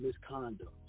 misconduct